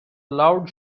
loud